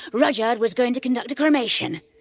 rudyard was going to conduct a cremation!